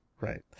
right